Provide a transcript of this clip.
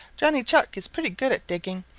johnny chuck is pretty good at digging,